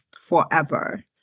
forever